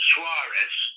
Suarez